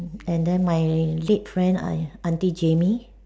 and then my late friend I auntie Jamie